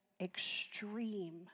extreme